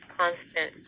constant